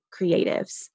creatives